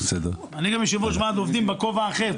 אני גם יושב ראש ועד העובדים בכובע האחר,